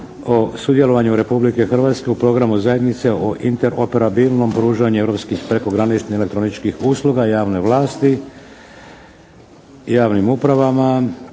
o sudjelovanju Republike Hrvatske u programu zajednice o interoperabilnom pružanju europskih prekograničnih elektroničkih usluga javne vlasti javnim upravama,